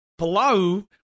Palau